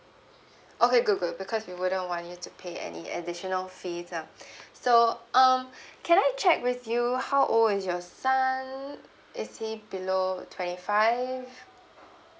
okay good good because we wouldn't want you to pay any additional fees ah so um can I check with you how old is your son is he below twenty five